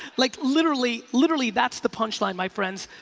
like literally literally that's the punch line my friends.